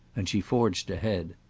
and she forged ahead.